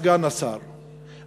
סגן השר,